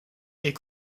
est